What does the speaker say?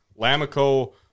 Lamico